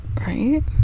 Right